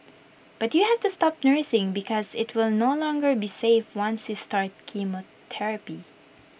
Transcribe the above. but you have to stop nursing because IT will no longer be safe once you start chemotherapy